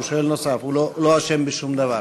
הוא לא אשם בשום דבר.